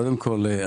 קודם כל,